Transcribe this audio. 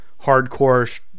hardcore